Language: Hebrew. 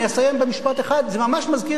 אני אסיים במשפט אחד: זה ממש מזכיר